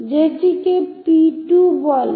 যেটিকে P2 বলে